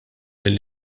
lill